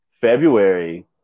February